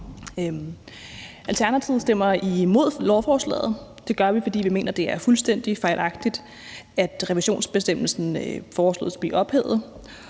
Alternativet stemmer imod lovforslaget, og det gør vi, fordi vi mener, at det er fuldstændig fejlagtigt, at revisionsbestemmelsen foreslås at blive ophævet,